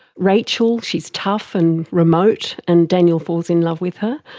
rachel, she is tough and remote, and daniel falls in love with her,